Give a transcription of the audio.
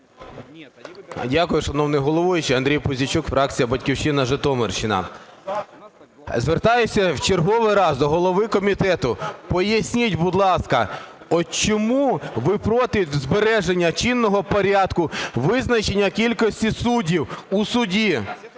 Дякую, шановний головуючий. Андрій Пузійчук, фракція "Батьківщина", Житомирщина. Звертаюся в черговий раз до голови комітету. Поясніть, будь ласка, от чому ви проти збереження чинного порядку визначення кількості суддів у суді